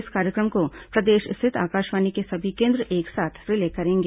इस कार्यक्रम को प्रदेश स्थित आकाशवाणी के सभी केन्द्र एक साथ रिले करेंगे